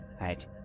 right